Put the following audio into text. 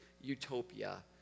utopia